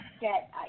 get